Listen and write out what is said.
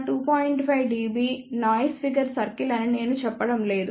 5 dB noise figure circle అని నేను చెప్పడం లేదు